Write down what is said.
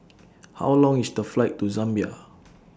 How Long IS The Flight to Zambia